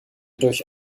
durch